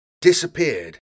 disappeared